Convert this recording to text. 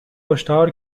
هشدار